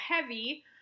heavy